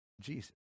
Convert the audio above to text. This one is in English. Jesus